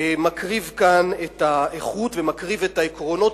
מקריב כאן את האיכות ומקריב את העקרונות